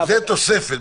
זה תוספת.